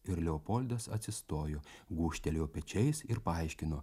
ir leopoldas atsistojo gūžtelėjo pečiais ir paaiškino